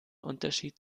unterschied